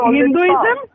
Hinduism